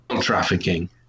trafficking